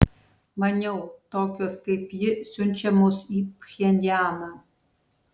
maniau tokios kaip ji siunčiamos į pchenjaną